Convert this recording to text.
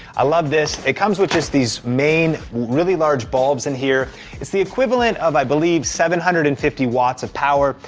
i love this, it come with just these main really large bulbs in here. it's the equivalent of, i believe seven hundred and fifty watts of power.